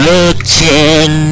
Looking